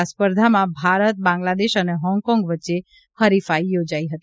આ સ્પર્ધામાં ભારત બાંગ્લાદેશ અને હોંગકોંગ વચ્ચે હરિફાઇ યોજાઇ હતી